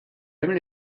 aimes